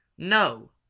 no!